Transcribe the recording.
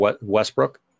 Westbrook